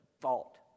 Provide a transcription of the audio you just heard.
fault